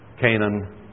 Canaan